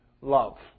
love